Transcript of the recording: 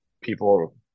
people